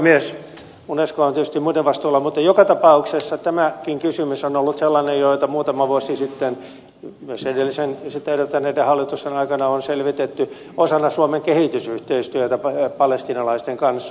unescohan on tietysti muiden vastuulla mutta joka tapauksessa tämäkin kysymys on ollut sellainen jota jo muutama vuosi sitten myös edellisen ja sitä edeltäneiden hallitusten aikana on selvitetty osana suomen kehitysyhteistyötä palestiinalaisten kanssa